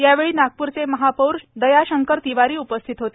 यावेळी नागप्रचे महापौर दयाशंकर तिवारी उपस्थित होते